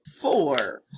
Four